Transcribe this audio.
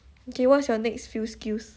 okay what's your next few skills